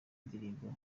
ndirimbo